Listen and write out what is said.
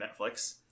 Netflix